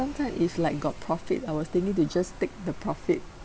sometimes is like got profit I was thinking to just take the profit